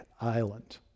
island